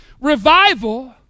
Revival